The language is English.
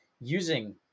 using